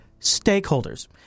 Stakeholders